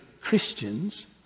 Christians